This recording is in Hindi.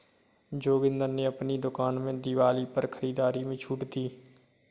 जोगिंदर ने अपनी दुकान में दिवाली पर खरीदारी में छूट दी